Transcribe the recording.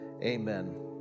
Amen